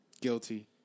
Guilty